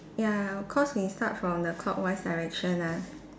ya cause we start from the clockwise direction ah